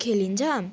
खेलिन्छ